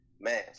man